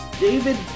David